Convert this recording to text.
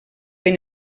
ben